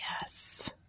yes